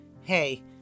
Hey